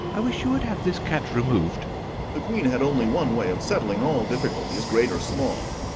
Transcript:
i wish you would have this cat removed the queen had only one way of settling all difficulties, great or small.